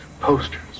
posters